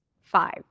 five